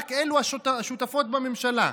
רק אלו השותפות בממשלה.